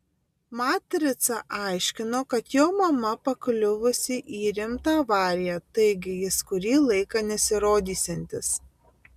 matrica aiškino kad jo mama pakliuvusi į rimtą avariją taigi jis kurį laiką nesirodysiantis